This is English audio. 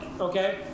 okay